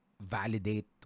validate